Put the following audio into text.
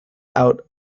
out